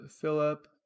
Philip